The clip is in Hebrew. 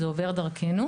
זה עובר דרכינו.